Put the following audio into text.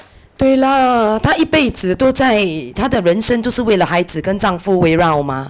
对 lah 她一辈子都在她的人身就是为了孩子跟丈夫围绕 mah